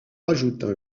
rajoutent